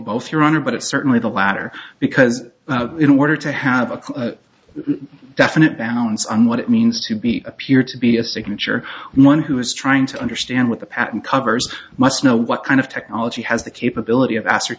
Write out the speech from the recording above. both your honor but it's certainly the latter because in order to have a clear definite nouns on what it means to be appear to be a signature one who is trying to understand what the patent covers must know what kind of technology has the capability of a